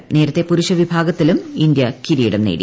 ് നേരത്തെ പുരുഷ വിഭാഗത്തിലും ഇന്ത്യ കിരീടം നേടി